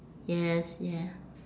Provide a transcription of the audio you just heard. yes yeah